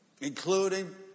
Including